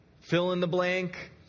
fill-in-the-blank